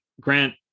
Grant